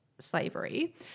slavery